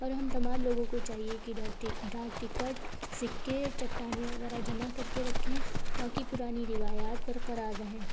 اور ہم تمام لوگوں کو چاہیے کہ ڈاک ٹی ڈاک ٹکٹ سکے چٹانیں وغیرہ جمع کر کے رکھیں تاکہ پرانی روایات برقرار رہیں